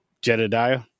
Jedediah